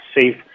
safe